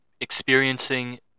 experiencing